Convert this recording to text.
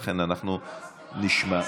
זה בהסכמה.